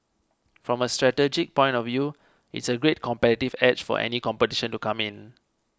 from a strategic point of view it's a great competitive edge for any competition to come in